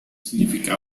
significa